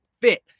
fit